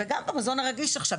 וגם במזון הרגיש עכשיו.